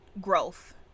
growth